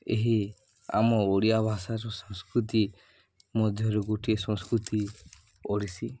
ଏହି ଆମ ଓଡ଼ିଆ ଭାଷାର ସଂସ୍କୃତି ମଧ୍ୟରୁ ଗୋଟିଏ ସଂସ୍କୃତି ଓଡ଼ିଶୀ